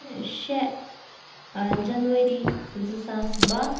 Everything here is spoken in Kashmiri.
شےٚ جَنؤری زٕ ساس باہ